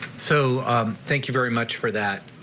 so um thank you very much for that.